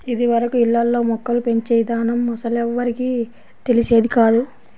ఇదివరకు ఇళ్ళల్లో మొక్కలు పెంచే ఇదానం అస్సలెవ్వరికీ తెలిసేది కాదు